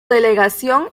delegación